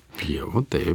pievų taip